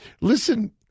Listen